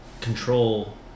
control